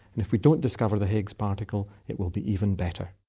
and if we don't discover the higgs particle, it will be even better.